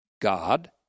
God